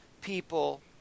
people